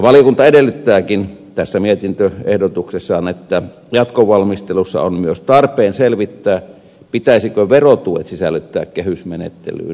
valiokunta edellyttääkin tässä mietintöehdotuksessaan että jatkovalmistelussa on myös tarpeen selvittää pitäisikö verotuet sisällyttää kehysmenettelyyn